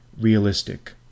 realistic